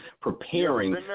preparing